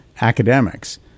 academics